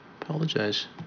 Apologize